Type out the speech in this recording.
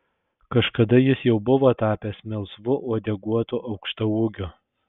kažkada jis jau buvo tapęs melsvu uodeguotu aukštaūgiu